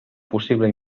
possible